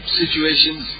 situations